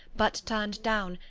but turned down,